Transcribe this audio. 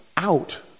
out